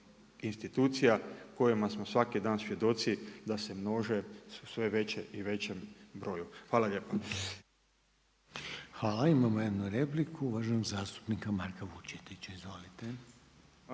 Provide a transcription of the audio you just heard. institucija kojima smo svaki dan svjedoci da se množe sve veće i većem broju. Hvala. **Reiner, Željko (HDZ)** Hvala. Imamo jednu repliku, uvaženog zastupnika Marka Vučetića. Izvolite.